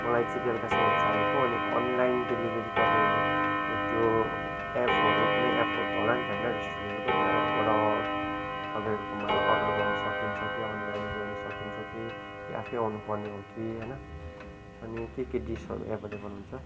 मलाई चाहिँ बेलुकासम्म चाहिएको अनि अनलाइन डेलीभेरी तपाईँहरूको त्यो एपहरू कुनै एपहरू त होला नि त हैन रेस्टुरेन्टको त्यो एपबाट तपाईँहरकोमा अर्डर गर्नु सकिन्छ कि अनलाइन ल्याउनु सकिन्छ कि कि आफै आउँनु पर्ने हो कि होइन अनि के के डिसहरू एभाइलेबल हुन्छ